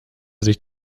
sich